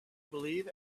believe